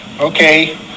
okay